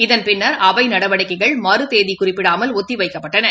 இதன் பின்னா் அவைநடவடிக்கைகள் மறுதேதிகுறப்பிடப்படாமல் ஒத்திவைக்கப்பட்டன